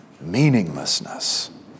meaninglessness